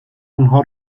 اونها